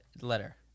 letter